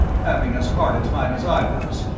having as hard a time as i was.